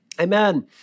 Amen